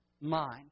mind